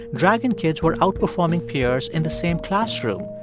dragon kids were outperforming peers in the same classroom,